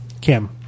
Kim